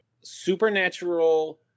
supernatural